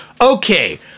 Okay